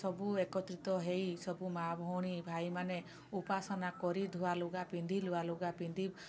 ସବୁ ଏକତ୍ରିତ ହୋଇ ସବୁ ମା' ଭଉଣୀ ଭାଇମାନେ ଉପାସନା କରି ଧୁଆଲୁଗା ପିନ୍ଧି ନୂଆଲୁଗା ପିନ୍ଧି